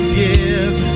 give